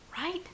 right